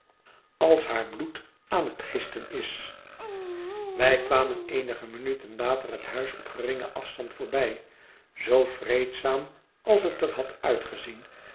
als haar bloed aan het gisten is wij kwamen eenige minuten later het huis op geringen afstand voorbij zoo vreedzaam als het er had uitgezien